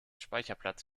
speicherplatz